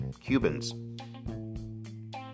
Cubans